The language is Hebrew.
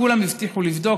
כולם הבטיחו לבדוק,